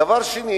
דבר אחר,